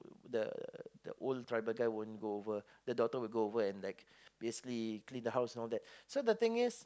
the the old tribal guy won't go over the daughter will like go over and clean the house all that so the thing is